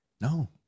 no